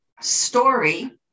story